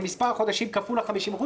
זה מספר החודשים כפול 50%,